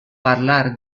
parlar